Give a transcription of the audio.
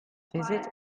visit